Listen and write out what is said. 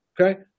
okay